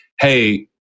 hey